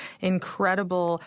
incredible